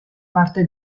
parte